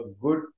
good